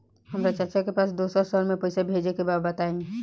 हमरा चाचा के पास दोसरा शहर में पईसा भेजे के बा बताई?